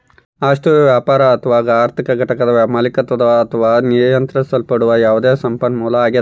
ಆಸ್ತಿಯು ವ್ಯಾಪಾರ ಅಥವಾ ಆರ್ಥಿಕ ಘಟಕದ ಮಾಲೀಕತ್ವದ ಅಥವಾ ನಿಯಂತ್ರಿಸಲ್ಪಡುವ ಯಾವುದೇ ಸಂಪನ್ಮೂಲ ಆಗ್ಯದ